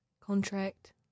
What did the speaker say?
contract